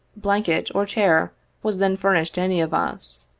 blanket or chair was then furnished any of us.